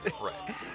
Right